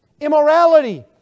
immorality